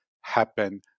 happen